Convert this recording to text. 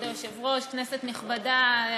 כבוד היושב-ראש, כנסת נכבדה,